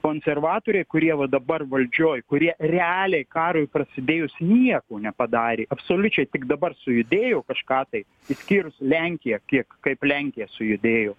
konservatoriai kurie va dabar valdžioj kurie realiai karui prasidėjus nieko nepadarė absoliučiai tik dabar sujudėjo kažką tai išskyrus lenkiją kiek kaip lenkija sujudėjo